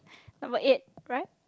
number eight right